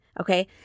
Okay